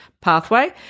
pathway